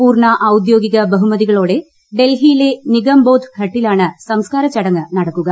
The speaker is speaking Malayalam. പൂർണ ഔദ്യോഗിക ബഹുമതികളോടെ ഡൽഹിയിലെ നിഗംബോധ് ഘട്ടിലാണ് സംസ്കാര ചടങ്ങ് നടക്കുക